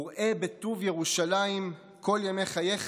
"וּראה בטוּב ירושלִָם כל ימי חייך".